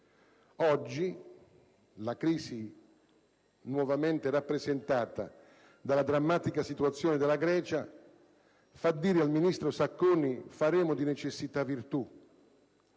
Oggi la crisi nuovamente rappresentata dalla drammatica situazione della Grecia fa dire al ministro Sacconi: faremo di necessità virtù: